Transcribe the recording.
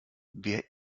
wer